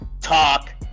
talk